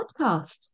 podcast